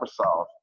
Microsoft